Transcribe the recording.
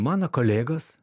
mano kolegos